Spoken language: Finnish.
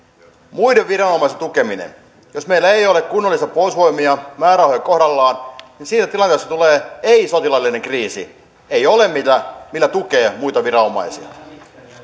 muiden viranomaisten tukeminen jos meillä ei ole kunnollisia puolustusvoimia ja määrärahoja kohdallaan niin siinä tilanteessa tulee ei sotilaallinen kriisi ei ole millä tukea muita viranomaisia